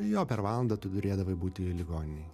jo per valandą tu turėdavai būti ligoninėj